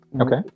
okay